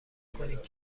کنید